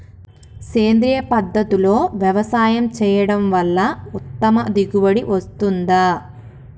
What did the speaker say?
సేంద్రీయ పద్ధతుల్లో వ్యవసాయం చేయడం వల్ల ఉత్తమ దిగుబడి వస్తుందా?